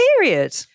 period